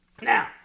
Now